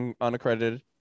Unaccredited